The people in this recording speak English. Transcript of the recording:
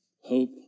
hope